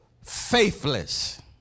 faithless